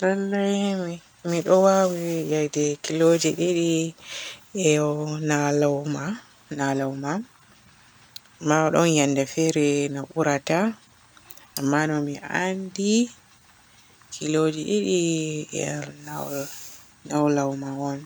Lallay mi midi waawi yayde kilomitaji didi e nalauma nalauma. Amma ɗon yende fere mi burata amma no mi anndi kiluji didi ye nal-naulauma on.